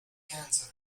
cancer